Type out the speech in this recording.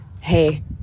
hey